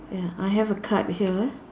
ya I have a card here